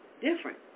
different